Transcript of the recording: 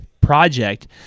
project